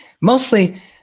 Mostly